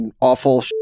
awful